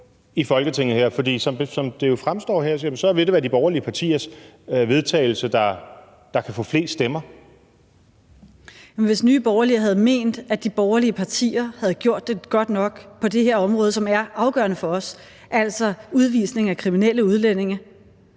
i Folketinget? For som det jo fremstår her, vil det være de borgerlige partiers forslag til vedtagelse, der kan få flest stemmer. Kl. 17:17 Pernille Vermund (NB): Men hvis Nye Borgerlige havde ment, at de borgerlige partier havde gjort det godt nok på det her område, som er afgørende for os, altså udvisning af kriminelle udlændinge,